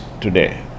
today